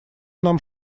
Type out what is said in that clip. нам